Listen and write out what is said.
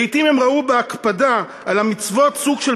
לעתים הם ראו בהקפדה על המצוות סוג של